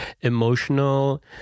emotional